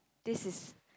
this is